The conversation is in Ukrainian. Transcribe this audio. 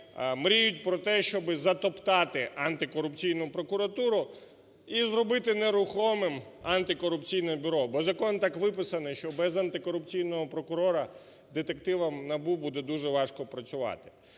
мріють про те, щоби затоптати Антикорупційну прокуратуру і зробити нерухомим Антикорупційне бюро. Бо закон так виписаний, що без Антикорупційного прокурора детективам НАБУ буде дуже важко працювати.